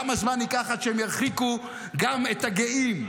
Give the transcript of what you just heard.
כמה זמן ייקח עד שהם ירחיקו גם את הגאים?